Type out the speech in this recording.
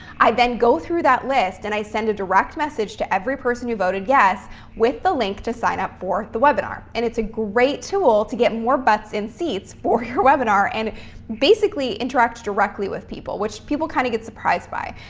i then go through that list and i send a direct message to every person who voted yes with the link to sign up for the webinar. and it's a great tool to get more butts in seats for your webinar and basically interacts directly with people, which people kind of get surprised by.